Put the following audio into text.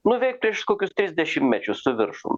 nu veik prieš kokius tris dešimtmečius su viršum